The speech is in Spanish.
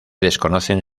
desconocen